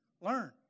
Learn